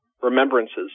remembrances